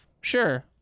Sure